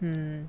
ಹ್ಞೂ